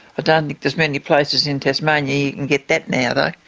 don't think there's many places in tasmania you can get that now but